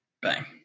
Bang